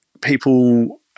people –